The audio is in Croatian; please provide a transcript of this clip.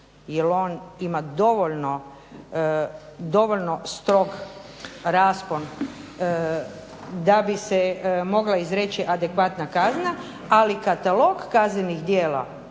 jer on ima dovoljno strog raspon da bi se mogla izreći adekvatna kazna, ali katalog kaznenih djela